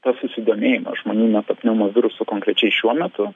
tas susidomėjimas žmonių metapneumovirusu konkrečiai šiuo metu